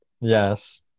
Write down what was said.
Yes